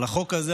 החוק הזה,